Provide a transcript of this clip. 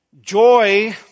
joy